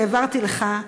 שהעברתי לך,